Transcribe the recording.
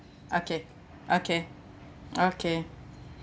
okay okay okay